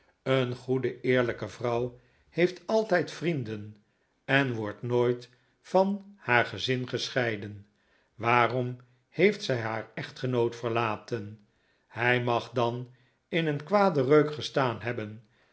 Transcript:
een goede eerlijke vrouw heeft altijd vrienden en wordt nooit van haar gezin gescheiden waarom heeft zij haar echtgenoot verlaten hij mag dan in een kwaden reuk gestaan hebben